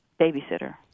babysitter